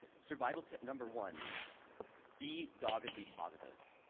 survival tip number one be doggedly positive.